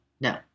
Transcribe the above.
No